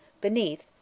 Beneath